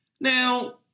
Now